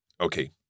Okay